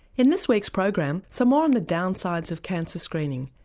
in this week's program some more on the downsides of cancer screening,